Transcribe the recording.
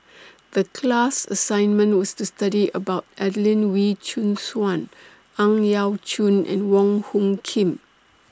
The class assignment was to study about Adelene Wee Chin Suan Ang Yau Choon and Wong Hung Khim